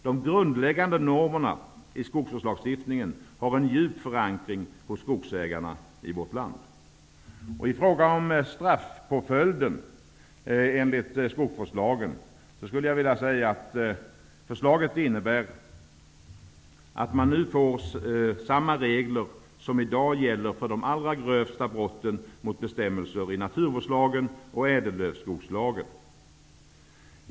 De grundläggande normerna i skogsvårdslagstiftningen har en djup förankring hos skogsägarna i vårt land. I fråga om straffpåföljden enligt skogsvårdslagen, skulle jag vilja säga att förslaget innebär att man nu får samma regler som i dag gäller för de allra grövsta brotten mot bestämmelser i naturvårdslagen och ädellövskogslagen.